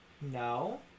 No